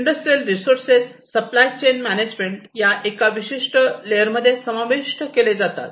industrial resources supply chain management एका विशिष्ट लेअरमध्ये मध्ये समाविष्ट केले जातात